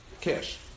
cash